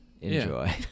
Enjoy